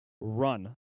run